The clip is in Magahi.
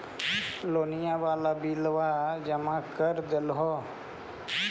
लोनिया वाला बिलवा जामा कर देलहो?